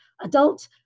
adult